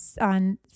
on